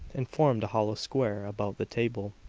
and formed a hollow square about the table.